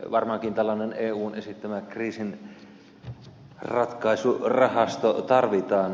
varmaankin tällainen eun esittämä kriisinratkaisurahasto tarvitaan sinällänsä